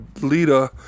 leader